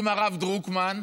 עם הרב דרוקמן,